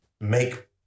Make